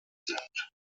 sind